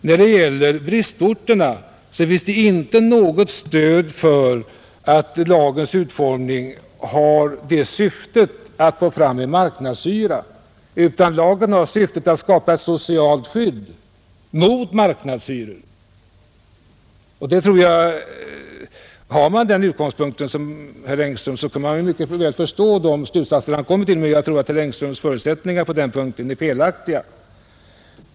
När det gäller bristorterna finns det inte något stöd för uppfattningen att lagens utformning har syftet att få fram en marknadshyra, utan lagen har syftet att skapa ett socialt skydd mot marknadshyror. Jag kan mycket väl förstå att herr Engström från de utgångspunkter han har kommer till de slutsatser som han redovisar, men jag tror att herr Engströms förutsättningar på den punkten är felaktiga.